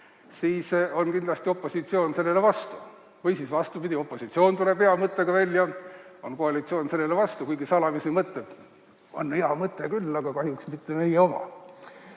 siis on kindlasti opositsioon sellele vastu. Või vastupidi: opositsioon tuleb hea mõttega välja, aga koalitsioon on sellele vastu, kuigi salamisi mõtleb, et on hea mõte küll, aga kahjuks mitte meie oma.